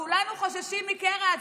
כולנו חוששים מקרע,